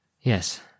Yes